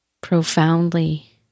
profoundly